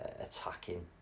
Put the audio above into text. attacking